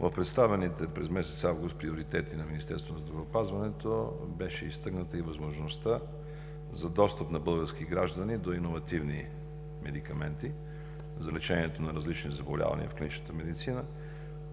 В представените през месец август приоритети на Министерството на здравеопазването беше изтъкната и възможността за достъп на български граждани до иновативни медикаменти за лечение на различни заболявания в клиничната медицина,